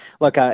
Look